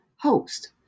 host